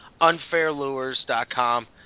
Unfairlures.com